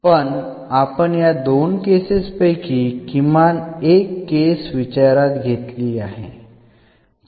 पण आपण या दोन केसेस पैकी किमान एक केस विचारात घेतली आहे